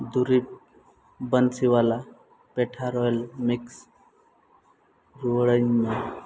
ᱫᱩᱨᱤᱵᱽ ᱵᱟᱱᱥᱤᱵᱟᱞᱟ ᱯᱮᱴᱷᱟ ᱨᱚᱭᱮᱞ ᱢᱤᱠᱥ ᱨᱩᱣᱟᱹᱲᱟᱹᱧ ᱢᱮ